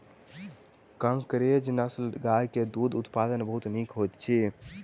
कंकरेज नस्लक गाय के दूध उत्पादन बहुत नीक होइत अछि